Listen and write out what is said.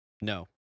no